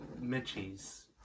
Mitchie's